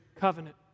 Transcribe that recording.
covenant